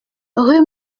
rue